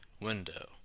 window